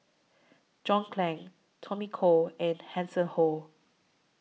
John Clang Tommy Koh and Hanson Ho